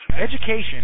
Education